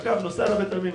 הקו נוסע לבית העלמין,